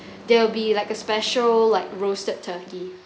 they'll be like a special like roasted turkey